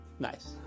Nice